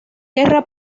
guerra